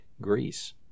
Greece